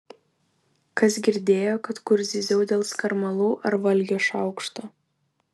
kas girdėjo kad kur zyziau dėl skarmalų ar valgio šaukšto